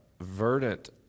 verdant